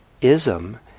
ism